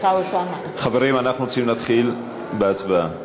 חברים, אנחנו רוצים להתחיל בהצבעה.